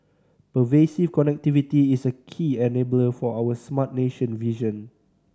pervasive connectivity is a key enabler for our smart nation vision